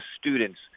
students